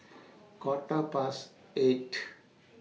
Quarter Past eight